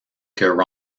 que